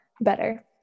better